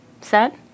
set